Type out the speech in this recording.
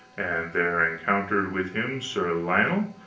and there encountered with him sir lionel,